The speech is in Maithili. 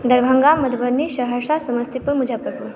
दरभंगा मधुबनी सहरसा समस्तीपुर मुजफ्फरपुर